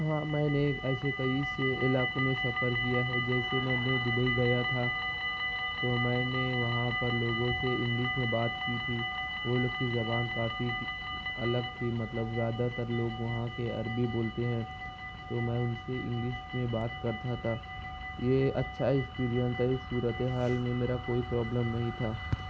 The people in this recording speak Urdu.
ہاں میں نے ایک ایسے کئی سے علاقوں میں سفر کیا ہے جیسے میں نے دبئی گیا تھا تو میں نے وہاں پر لوگوں سے انگلش میں بات کی تھی وہ لوگ کی زبان کافی الگ تھی مطلب زیادہ تر لوگ وہاں کے عربی بولتے ہیں تو میں ان سے انگلش میں بات کرتا تھا یہ اچھا ایکسپیرئنس تھا اس صورتحال میں میرا کوئی پرابلم نہیں تھا